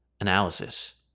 analysis